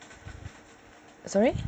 sorry